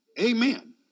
Amen